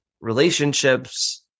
relationships